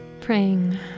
praying